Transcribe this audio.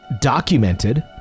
documented